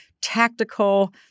tactical